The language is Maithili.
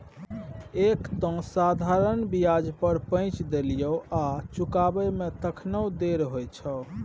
एक तँ साधारण ब्याज पर पैंच देलियौ आ चुकाबै मे तखनो देर होइ छौ